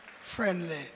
friendly